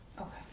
Okay